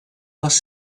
les